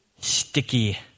sticky